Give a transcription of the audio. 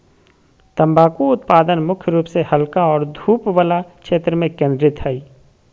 तम्बाकू उत्पादन मुख्य रूप से हल्का और धूप वला क्षेत्र में केंद्रित हइ